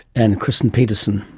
and kirstin petersen,